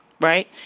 Right